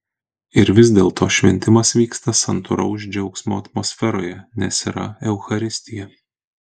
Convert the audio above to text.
ir vis dėlto šventimas vyksta santūraus džiaugsmo atmosferoje nes yra eucharistija